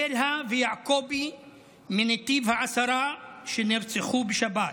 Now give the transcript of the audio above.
בלהה ויעקובי מנתיב העשרה, שנרצחו בשבת.